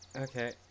Okay